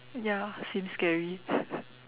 ya seems scary